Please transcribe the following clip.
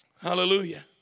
hallelujah